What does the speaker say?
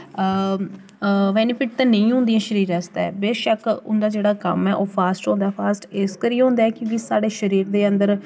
benefit ते नेईं होंदियां शरीर आस्तै बेशक्क उं'दा जेह्ड़ा कम्म ऐ ओह् फास्ट होंदा फास्ट इस करियै होंदा ऐ क्योंकि साढ़े शरीर दे अंदर